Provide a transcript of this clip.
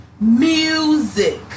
music